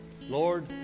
Lord